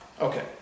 Okay